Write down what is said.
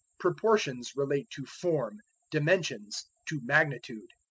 proportions relate to form dimensions to magnitude.